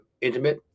intimate